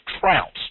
trounced